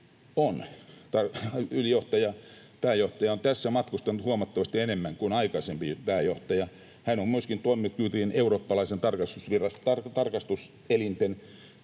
pääjohtaja on matkustanut huomattavasti enemmän kuin aikaisempi pääjohtaja. Hän on myöskin toiminut eurooppalaisten tarkastuselinten